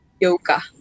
Yoga